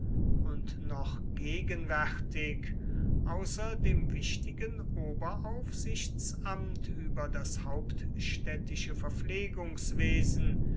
und noch gegenwärtig außer dem wichtigen oberaufsichtsamt über das hauptstädtische verpflegungswesen